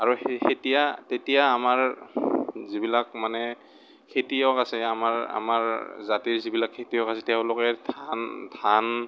আৰু সেতিয়া তেতিয়া আমাৰ যিবিলাক মানে খেতিয়ক আছে আমাৰ আমাৰ জাতিৰ যিবিলাক খেতিয়ক আছে তেওঁলোকে ধান